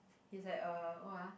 he's like uh what ah